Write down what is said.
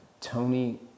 Tony